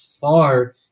far